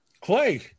Clay